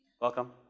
Welcome